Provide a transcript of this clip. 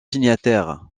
signataires